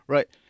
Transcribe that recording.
Right